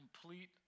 complete